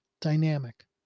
Dynamic